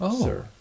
sir